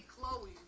Chloe